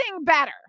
better